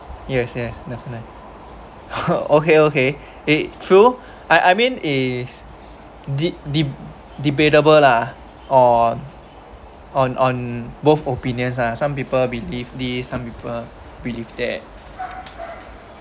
yes yes definitely okay okay eh true I I mean is de~debatable lah on on on both opinions lah some people believe this some people believe that